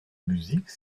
musique